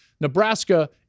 Nebraska